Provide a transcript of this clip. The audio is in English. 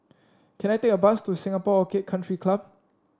can I take a bus to Singapore Orchid Country Club